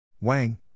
Wang